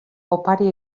opari